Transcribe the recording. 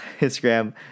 Instagram